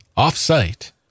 Off-site